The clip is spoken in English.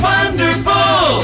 Wonderful